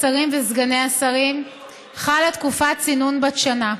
השרים וסגני השרים חלה תקופת צינון בת שנה,